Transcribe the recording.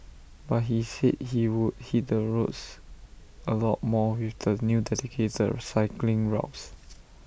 but he said he would hit the roads A lot more with the new dedicated cycling routes